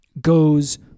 goes